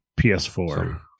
PS4